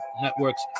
networks